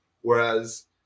whereas